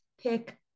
pick